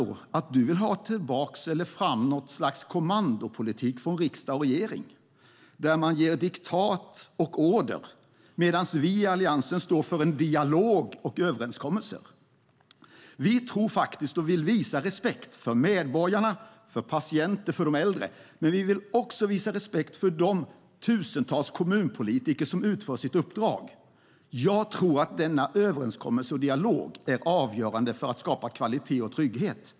Vill du ha tillbaka eller fram något slags kommandopolitik från riksdag och regering där man ger diktat och order medan vi i Alliansen står för en dialog och överenskommelser? Vi vill visa respekt för medborgarna, för patienterna och för de äldre, men vi vill också visa respekt för de tusentals kommunpolitiker som utför sitt uppdrag. Jag tror att denna överenskommelse och dialog är avgörande när det gäller att skapa kvalitet och trygghet.